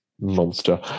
Monster